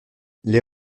les